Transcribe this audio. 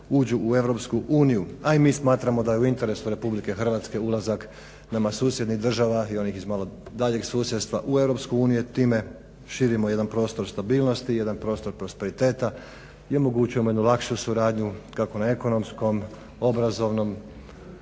uđu u EU a i mi smatramo da je u interesu RH ulazak nama susjednih država i onih iz malo daljeg susjedstva u EU, time širimo jedan prostor stabilnosti, jedan prostor prosperiteta i omogućujemo jednu lakšu suradnju kako na ekonomskom, obrazovnom,